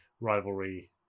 rivalry